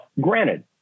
granted